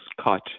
cut